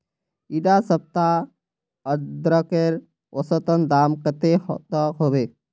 इडा सप्ताह अदरकेर औसतन दाम कतेक तक होबे?